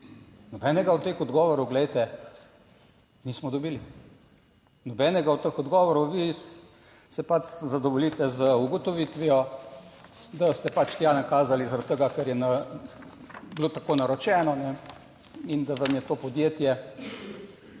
Nobenega od teh odgovorov, glejte, nismo dobili nobenega od teh odgovorov. Vi se pač zadovoljite z ugotovitvijo, da ste pač tja nakazali zaradi tega, ker je bilo tako naročeno in da vam je to podjetje